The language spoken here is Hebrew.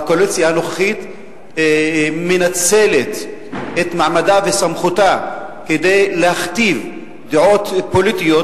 והקואליציה הנוכחית מנצלת את מעמדה וסמכותה כדי להכתיב דעות פוליטיות,